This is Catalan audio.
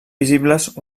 visibles